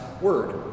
word